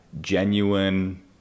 genuine